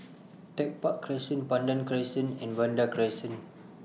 Tech Park Crescent Pandan Crescent and Vanda Crescent